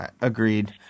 agreed